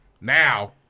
Now